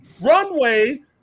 runway